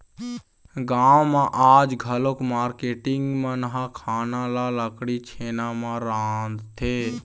गाँव म आज घलोक मारकेटिंग मन ह खाना ल लकड़ी, छेना म रांधथे